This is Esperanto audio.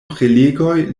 prelegoj